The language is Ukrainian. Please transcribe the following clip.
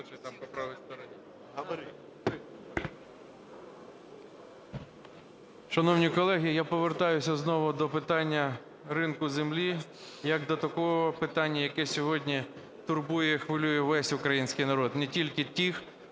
Шановні колеги, я повертаюся знову до питання ринку землі як до такого питання, яке сьогодні турбує і хвилює весь український народ, не тільки тих,